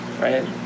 right